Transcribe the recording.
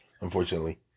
unfortunately